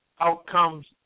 outcomes